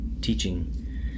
teaching